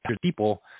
people